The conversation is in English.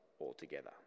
altogether